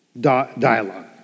dialogue